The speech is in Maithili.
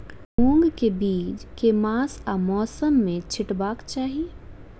मूंग केँ बीज केँ मास आ मौसम मे छिटबाक चाहि?